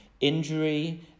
injury